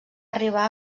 arribar